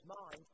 mind